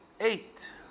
eight